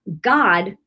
God